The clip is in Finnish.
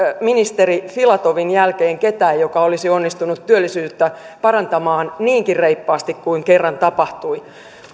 ministeri filatovin jälkeen ketään joka olisi onnistunut työllisyyttä parantamaan niinkin reippaasti kuin kerran tapahtui